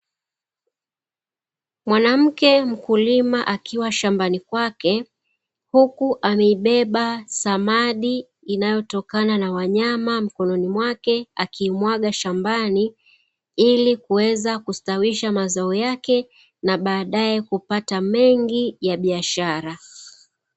Mwanamke mkulima akiwa shambani kwake, huku ameibeba samadi inayotokana na wanyama mikononi mwake akiimwaga shambani, ili kuweza kusitawisha mazao yake, na baadae kupata mengi ya biashara.